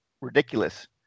ridiculous